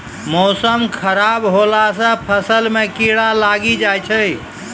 मौसम खराब हौला से फ़सल मे कीड़ा लागी जाय छै?